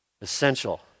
Essential